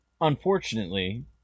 unfortunately